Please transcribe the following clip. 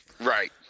Right